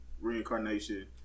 reincarnation